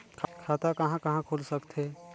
खाता कहा कहा खुल सकथे?